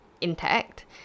intact